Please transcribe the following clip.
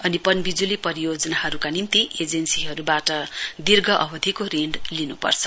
अनि पनविजुली परियोजनाहरूका निम्ति एजेन्सीहरूबाट दीर्घ अवदिको ऋण लिनुपर्छ